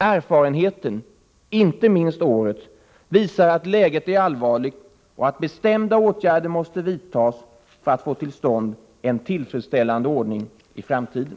Erfarenheten — inte minst årets — visar att läget är allvarligt och att bestämda åtgärder måste vidtas för att man skall få till stånd en tillfredsställande ordning i framtiden.